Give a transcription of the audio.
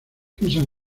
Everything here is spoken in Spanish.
piensan